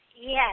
Yes